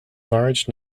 large